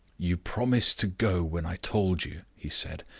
you promised to go when i told you, he said.